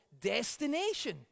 destination